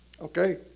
Okay